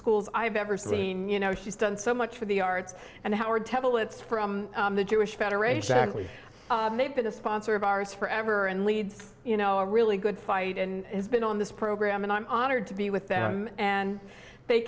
schools i've ever seen you know he's done so much for the arts and howard temple it's for the jewish federation actually they've been a sponsor of ours forever and leads you know really good fight and it's been on this program and i'm honored to be with them and t